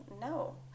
No